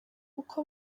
uko